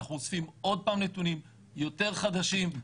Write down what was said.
אנחנו אוספים עוד פעם נתונים יותר חדשים.